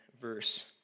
verse